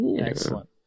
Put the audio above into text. Excellent